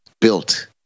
built